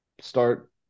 start